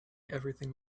everything